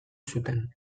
zuten